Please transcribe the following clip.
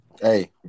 Hey